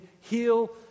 heal